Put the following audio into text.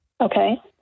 Okay